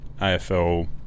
AFL